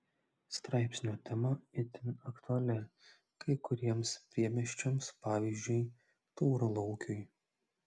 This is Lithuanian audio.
straipsnio tema itin aktuali kai kuriems priemiesčiams pavyzdžiui tauralaukiui